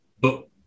But-